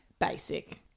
Basic